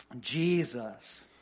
Jesus